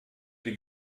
die